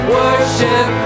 worship